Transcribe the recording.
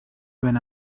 when